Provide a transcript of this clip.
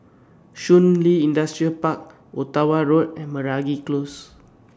Shun Li Industrial Park Ottawa Road and Meragi Close